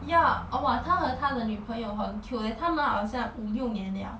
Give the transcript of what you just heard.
ya oh !wah! 他和他的女朋友很 cute leh 他们好像五六年了